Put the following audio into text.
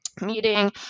meeting